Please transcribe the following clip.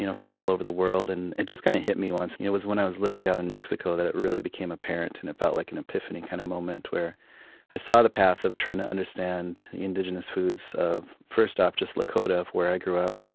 you know from all over the world, and it just kind of hit me once. it was when i was living down in mexico that it became apparent and it felt like an epiphany kind of where i saw the path of trying to understand the indigenous foods of, first off, just lakota, of where i grew up,